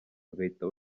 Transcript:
bagahita